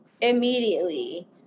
immediately